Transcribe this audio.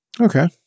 Okay